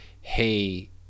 hey